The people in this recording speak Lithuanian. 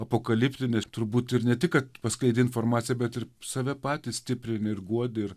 apokaliptinės turbūt ir ne tik kad paskleidi informaciją bet ir save patį stiprini ir guodi